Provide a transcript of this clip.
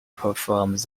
performed